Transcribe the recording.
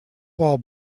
while